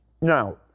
Now